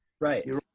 Right